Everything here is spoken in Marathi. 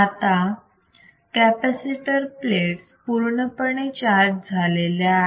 आता कॅपॅसिटर प्लेट्स पूर्णपणे चार्ज झालेल्या आहेत